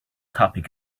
topic